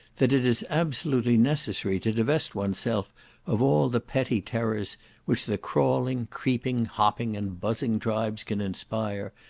that it is absolutely necessary to divest oneself of all the petty terrors which the crawling, creeping, hopping, and buzzing tribes can inspire,